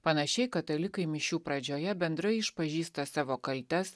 panašiai katalikai mišių pradžioje bendrai išpažįsta savo kaltes